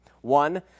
One